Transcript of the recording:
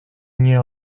nie